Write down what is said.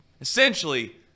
essentially